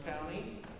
County